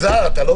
אלעזר, אתה לא